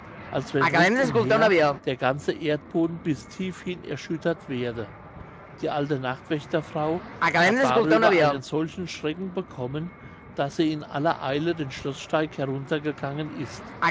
als wenn rund umher der ganze erdboden bis tief hin erschüttert werde die alte nachtwächterfrau hat darüber einen solchen schrecken bekommen daß sie in aller eile den schloßsteig heruntergegangen ist